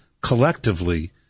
collectively